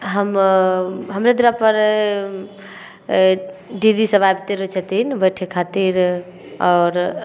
हम हमरो दुअरापर दीदीसभ आबिते रहै छथिन बैठै खातिर आओर